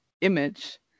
image